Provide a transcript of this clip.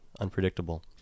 unpredictable